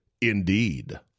Indeed